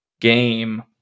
game